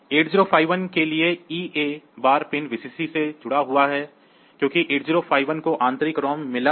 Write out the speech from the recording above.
8051 के लिए EA bar pin Vcc से जुड़ा हुआ है क्योंकि 8051 को आंतरिक रोम मिला है